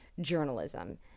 journalism